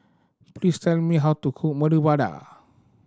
please tell me how to cook Medu Vada